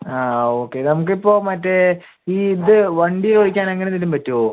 ആ ഓക്കെ നമുക്ക് ഇപ്പം മറ്റെ ഈ ഇത് വണ്ടി ഓടിക്കാൻ അങ്ങനെ എന്തേലും പറ്റുമൊ